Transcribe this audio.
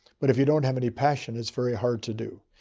but if you don't have any passion it's very hard to do.